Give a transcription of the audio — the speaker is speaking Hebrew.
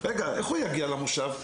רגע, איך הוא יגיע למושב?